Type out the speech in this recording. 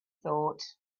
thought